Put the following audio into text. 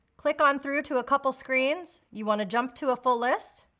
click on through to a couple screens, you wanna jump to a full list,